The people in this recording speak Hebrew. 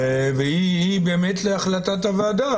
והיא באמת להחלטת הוועדה,